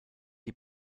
die